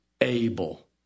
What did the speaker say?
able